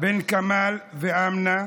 בן כמאל ואמנה,